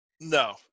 No